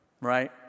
right